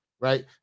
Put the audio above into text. right